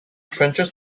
trenches